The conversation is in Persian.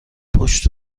پشت